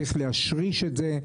צריך להשריש את זה,